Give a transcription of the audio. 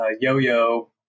Yo-Yo